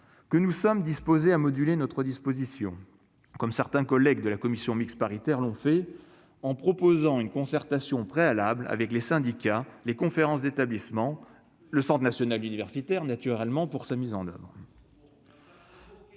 que nous sommes disposés à moduler notre position, comme certains collègues de la commission mixte paritaire l'ont fait en proposant une concertation préalable avec les syndicats, les conférences d'établissements et, naturellement, le CNU pour sa mise en oeuvre.